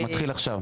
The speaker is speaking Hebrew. מתחיל עכשיו.